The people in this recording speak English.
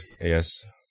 Yes